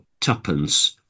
tuppence